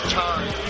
time